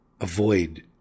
avoid